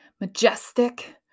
majestic